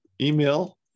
email